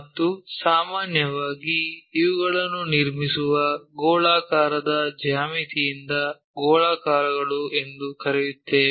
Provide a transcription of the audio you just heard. ಮತ್ತು ಸಾಮಾನ್ಯವಾಗಿ ಇವುಗಳನ್ನು ನಿರ್ಮಿಸುವ ಗೋಳಾಕಾರದ ಜ್ಯಾಮಿತಿಯಿಂದ ಗೋಳಾಕಾರಗಳು ಎಂದು ಕರೆಯುತ್ತೇವೆ